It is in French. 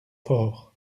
fort